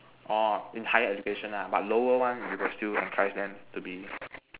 oh in higher education lah but lower one you still encourage them to be